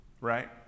right